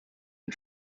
and